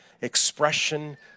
expression